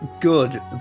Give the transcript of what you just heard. good